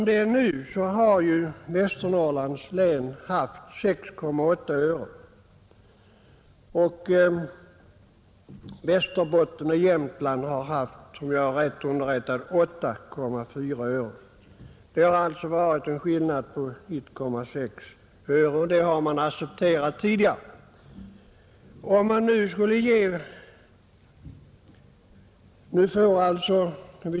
Där har man haft 6,8 öre medan Västerbotten och Jämtland har haft 8,4 öre, om jag inte är fel underrättad. Det är alltså en skillnad på 1,6 öre. Den har man tidigare accepterat.